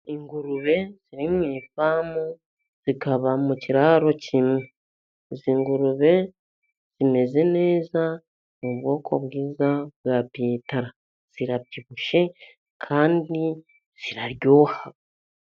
Ingurube ziri mu ifamu zikaba mu kiraro kimwe. Izi ngurube zimeze neza, ni ubwoko bwiza bwa pitara, zirabyibushye kandi ziraryoha.